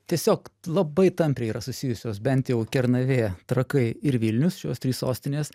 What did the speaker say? tiesiog labai tampriai yra susijusios bent jau kernavė trakai ir vilnius šios trys sostinės